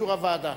באישור הוועדה?